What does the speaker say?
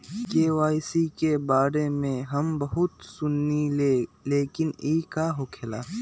KYC के बारे में हम बहुत सुनीले लेकिन इ का होखेला?